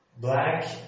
Black